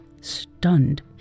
Stunned